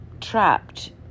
trapped